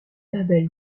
label